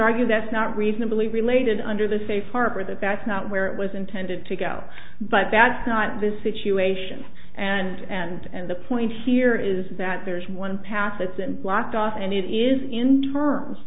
argue that's not reasonably related under the safe harbor that that's not where it was intended to go but that's not the situation and the point here is that there's one passes and blocked off and it is in terms